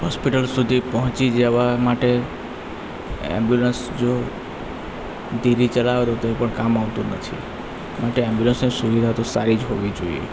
hospital સુધી પહોંચી જવા માટે ઍમ્બ્યુલન્સ જો ધીરી ચલાવે તો તે પણ કામ આવતું નથી માટે ઍમ્બ્યુલન્સની સુવિધા તો સારી જ હોવી જોઈએ